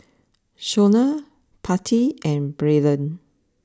Shona Patti and Braylen